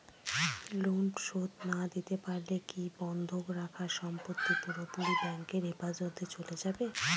Loan শোধ না দিতে পারলে কি বন্ধক রাখা সম্পত্তি পুরোপুরি ব্যাংকের হেফাজতে চলে যাবে?